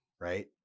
right